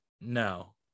no